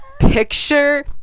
picture